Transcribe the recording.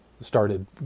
started